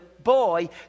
boy